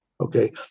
Okay